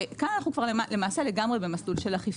וכאן אנחנו למעשה לגמרי במסלול של אכיפה,